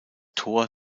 tor